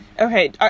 Okay